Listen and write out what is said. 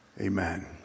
amen